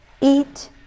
eat